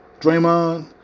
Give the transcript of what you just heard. Draymond